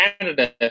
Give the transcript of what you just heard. Canada